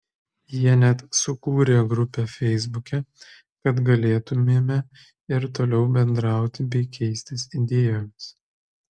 jie net sukūrė grupę feisbuke kad galėtumėme ir toliau bendrauti bei keistis idėjomis